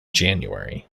january